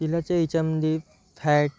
तेलाच्या याच्यामध्ये फॅट